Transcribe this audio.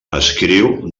escriu